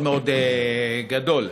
שמדובר בנכס ששוויו מאוד מאוד גדול.